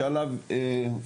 שעליו דיבר יגאל,